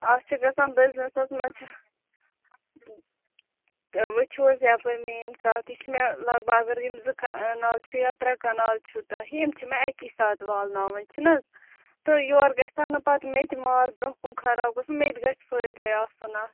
اَتھ چھِ گَژھان بزنَسس منٛز چھِ وُچھُو حظ یپٲرۍ مینۍ کَتھ یہِ چھِ مےٚ لگ بھگ اگر یِم زٕ کَنال چھِ یا ترٛےٚ کَنال چھِ تۄہہِ یِم چھِ مےٚ اَکے ساتہٕ وَالہٕ ناوٕنۍ چھِنَہ حظ تہٕ یورٕ گَژھیٚن نہٕ پتہٕ میٚتہِ مال برٛۄنٛہہ کُن خراب گژھُن میٚتہِ گَژھہِ فٲیدے آسُن اَتھ